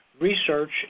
research